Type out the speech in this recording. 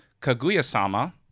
Kaguya-sama